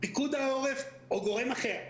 פיקוד העורף או גורם אחר,